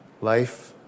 Life